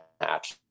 match